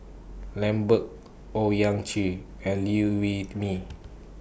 Lambert Owyang Chi and Liew Wee Mee